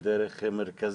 האם דרך מרכזים?